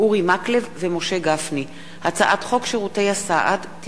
ירדנה מלר-הורוביץ: 4 הצעות סיעות קדימה, העבודה